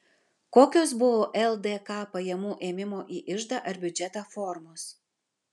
kokios buvo ldk pajamų ėmimo į iždą ar biudžetą formos